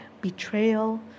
betrayal